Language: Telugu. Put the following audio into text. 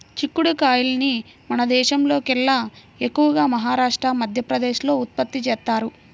చిక్కుడు కాయల్ని మన దేశంలోకెల్లా ఎక్కువగా మహారాష్ట్ర, మధ్యప్రదేశ్ లో ఉత్పత్తి చేత్తారు